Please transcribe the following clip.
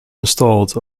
installed